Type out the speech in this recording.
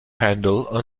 handle